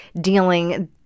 dealing –